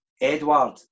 Edward